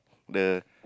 the